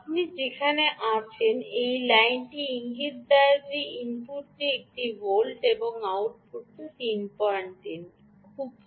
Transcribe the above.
আপনি যেখানে আছেন এই লাইনটি ইঙ্গিত দেয় যে ইনপুটটি একটি ভোল্ট এবং আউটপুট 33 খুব ভাল